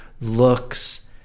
looks